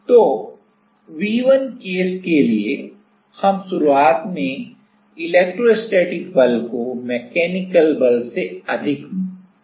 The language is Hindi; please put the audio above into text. तो V1 केस के लिए हम शुरुआत में इलेक्ट्रोस्टैटिक बल को यांत्रिक बल से अधिक बनाते है